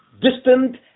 Distant